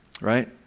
Right